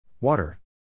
Water